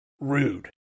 Rude